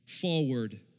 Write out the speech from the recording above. forward